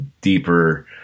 deeper